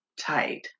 tight